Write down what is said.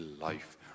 life